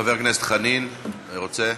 חבר הכנסת חנין, רוצה?